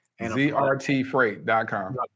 ZRTFreight.com